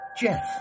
Jeff